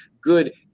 good